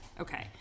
Okay